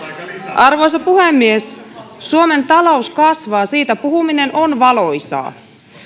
arvoisa puhemies suomen talous kasvaa siitä puhuminen on valoisaa